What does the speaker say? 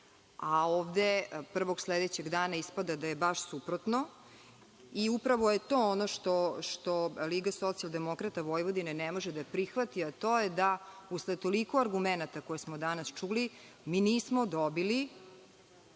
a ovde prvog sledećeg dana ispada da je baš suprotno i upravo je to ono što LSV ne može da prihvati, a to je da usled toliko argumenata koje smo danas čuli, mi nismo dobili